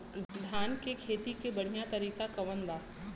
धान के खेती के बढ़ियां तरीका कवन बा?